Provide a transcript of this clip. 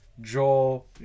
Joel